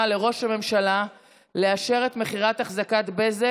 לראש הממשלה לאשר את מכירת אחזקות בזק,